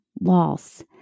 loss